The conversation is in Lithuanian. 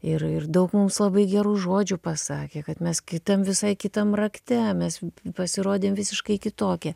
ir ir daug mums labai gerų žodžių pasakė kad mes kitam visai kitam rakte mes pasirodėm visiškai kitokie